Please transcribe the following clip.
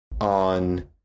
on